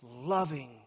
loving